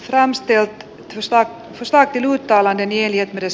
transteon josta se saatiin juutalainen elie des